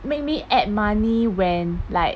make me add money when like